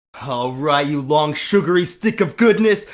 all right, you long sugary stick of goodness,